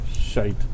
Shite